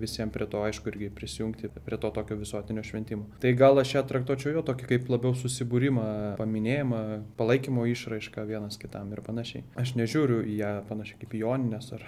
visiem prie to aišku irgi prisijungti prie tokio visuotinio šventimo tai gal aš ją traktuočiau jo tokį kaip labiau susibūrimą paminėjimą palaikymo išraišką vienas kitam ir panašiai aš nežiūriu į ją panašiai kaip į jonines ar